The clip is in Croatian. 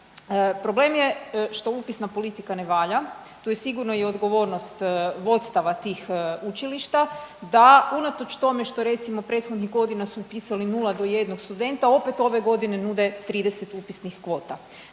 Problem je što upisna politika ne valja, to je sigurno i odgovornost vodstava tih učilišta da unatoč tome što recimo prethodnih godina su upisali nula do jednog studenta opet ove godine nude 30 upisnih kvota.